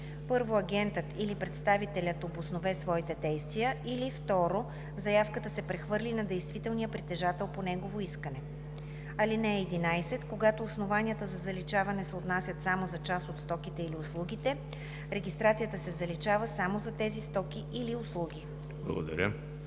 1. агентът или представителят обоснове своите действия, или 2. заявката се прехвърли на действителния притежател по негово искане. (11) Когато основанията за заличаване се отнасят за част от стоките или услугите, регистрацията се заличава само за тези стоки или услуги.“